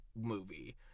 movie